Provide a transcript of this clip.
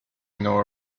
nor